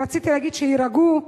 רציתי להגיד: שיירגעו,